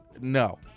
no